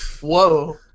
Whoa